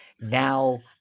Now